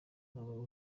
uba